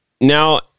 Now